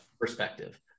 perspective